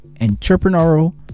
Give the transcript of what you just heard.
entrepreneurial